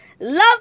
love